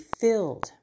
filled